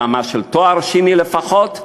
ברמה של תואר שני לפחות,